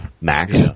max